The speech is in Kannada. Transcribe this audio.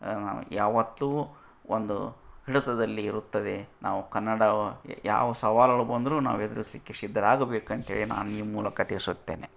ಯಾವತ್ತೂ ಒಂದು ಹಿಡಿತದಲ್ಲಿ ಇರುತ್ತದೆ ನಾವು ಕನ್ನಡ ಯಾವ ಸವಾಲುಗಳು ಬಂದರೂ ನಾವು ಎದ್ರಿಸ್ಲಿಕ್ಕೆ ಸಿದ್ಧರಾಗ್ಬೇಕಂತೇಳಿ ನಾನು ಈ ಮೂಲಕ ತಿಳಿಸುತ್ತೇನೆ